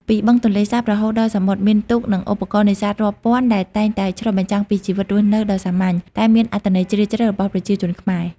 ពីបឹងទន្លេសាបរហូតដល់សមុទ្រ មានទូក និងឧបករណ៍នេសាទរាប់ពាន់ដែលតែងតែឆ្លុះបញ្ចាំងពីជីវិតរស់នៅដ៏សាមញ្ញ តែមានអត្ថន័យជ្រាលជ្រៅរបស់ប្រជាជនខ្មែរ។